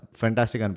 fantastic